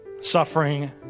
suffering